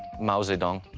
mao zedong.